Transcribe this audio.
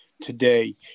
today